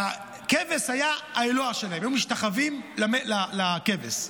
והכבש היה האלוה שלהם, היו משתחווים לכבש.